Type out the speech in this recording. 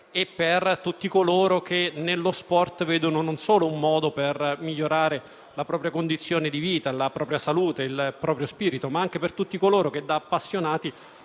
per tutti coloro che nello sport vedono un modo per migliorare la propria condizione di vita, la propria salute e il proprio spirito, ma anche per tutti coloro che, da appassionati,